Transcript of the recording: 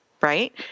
right